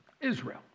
Israel